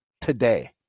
today